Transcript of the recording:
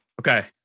Okay